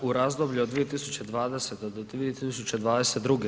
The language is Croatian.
U razdoblju od 2020. do 2022.